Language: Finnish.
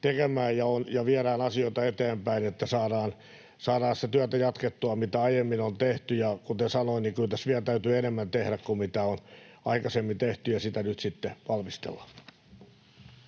tekemään ja viedään asioita eteenpäin, että saadaan sitä työtä jatkettua, mitä aiemmin on tehty. Ja kuten sanoin, niin kyllä tässä vielä täytyy enemmän tehdä kuin mitä on aikaisemmin tehty, ja sitä nyt sitten valmistellaan.